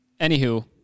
Anywho